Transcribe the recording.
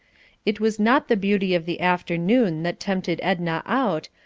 it was not the beauty of the afternoon that tempted edna out,